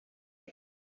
bed